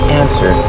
answer